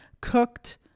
cooked